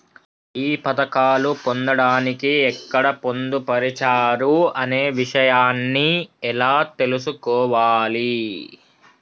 ఈ పథకాలు పొందడానికి ఎక్కడ పొందుపరిచారు అనే విషయాన్ని ఎలా తెలుసుకోవాలి?